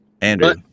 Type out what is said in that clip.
andrew